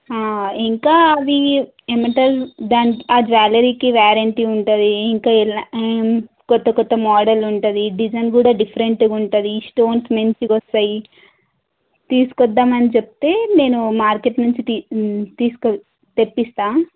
ఇంకా అవి ఏం అంటారు ఆ జ్యావలరీకి వారెంటీ ఉంటుంది ఇంకా కొత్త కొత్త మోడల్ ఉంటుంది డిజైన్ కూడా డిఫరెంట్గా ఉంటుంది స్టోన్స్ మంచిగా వస్తాయి తీసుకువద్దామని చెప్తే నేను మార్కెట్ నుంచి తెప్పిస్తాను